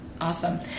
awesome